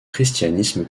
christianisme